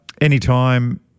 Anytime